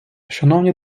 шановні